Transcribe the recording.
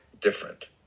different